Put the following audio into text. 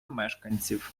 мешканців